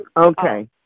Okay